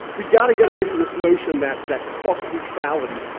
we got to get away from this notion that that cost neutrality,